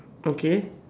okay